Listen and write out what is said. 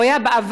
הוא היה בעבר,